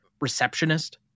receptionist